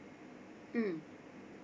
mm